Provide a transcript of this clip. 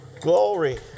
Glory